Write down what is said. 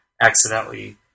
accidentally